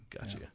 Gotcha